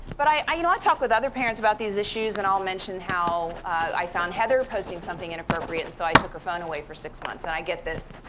but i i you know talk with other parents about these issues and i'll mention how i found heather posting something inappropriate and so i took her phone away for six months. and i get this,